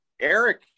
Eric